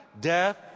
Death